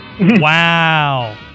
Wow